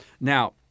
Now